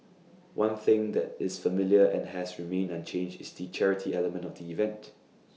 one thing that is familiar and has remained unchanged is the charity element of the event